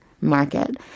market